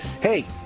hey